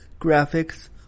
graphics